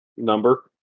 Number